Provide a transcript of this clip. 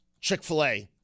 Chick-fil-A